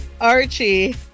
Archie